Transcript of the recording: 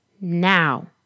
now